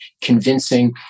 convincing